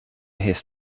his